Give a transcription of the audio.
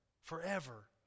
Forever